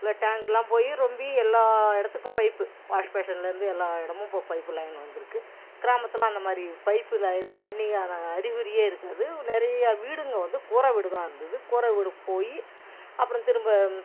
டேங்கெலாம் போய் ரொம்பி எல்லா இடத்துக்கும் பைப்பு வாஷ்பேஸன்லேந்து எல்லா இடமும் இப்போ பைப்பு லைன் வந்துருக்கு கிராமத்தில் அந்தமாதிரி பைப்பு லைனு தண்ணிக்கான அறிகுறியே இருக்காது நிறைய வீடுங்க வந்து கூரை வீடுங்க தான் இருந்துது கூரை வீடு போய் அப்புறம் திரும்ப